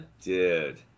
dude